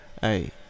Hey